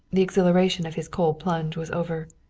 the exhilaration of his cold plunge was over.